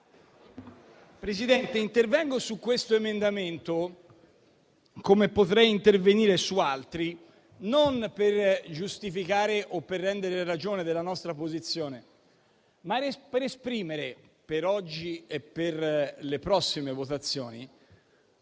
Presidente, intervengo su questo emendamento, come potrei intervenire su altri, non per giustificare o per rendere ragione della nostra posizione, ma per esprimere, per oggi e per le prossime votazioni,